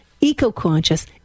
eco-conscious